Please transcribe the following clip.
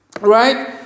Right